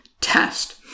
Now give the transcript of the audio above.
test